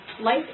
life